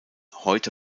heute